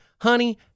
Honey